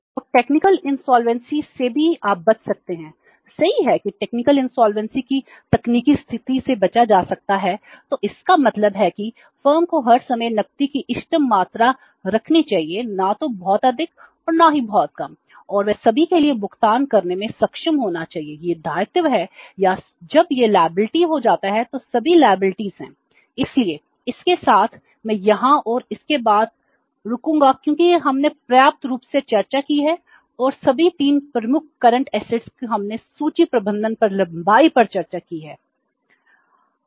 और technical insolvency की हमने सूची प्रबंधन पर लंबाई पर चर्चा की है